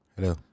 Hello